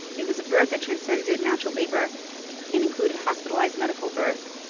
it was a birth that transcended natural labor and included hospitalized, medical birth,